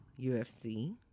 UFC